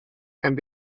and